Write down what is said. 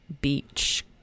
Beach